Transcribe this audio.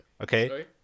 Okay